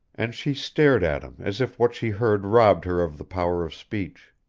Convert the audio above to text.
and she stared at him as if what she heard robbed her of the power of speech.